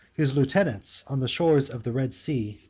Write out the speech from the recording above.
his lieutenants, on the shores of the red sea,